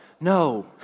No